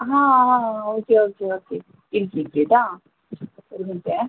ഹാ ആ okay okay okay ഇരിക്ക് ഇരിക്കൂ കേട്ടോ ഒരു മിനിറ്റെ